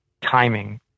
timing